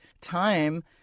time